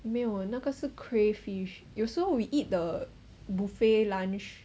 没有哦那个是 crayfish 有时候 we eat the buffet lunch